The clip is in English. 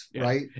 right